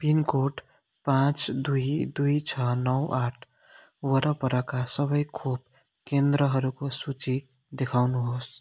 pin code पाँच दुई दुई छ नौ आठ वरपरका सबै खोप केन्द्रहरूको सूची देखाउनुहोस्